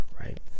right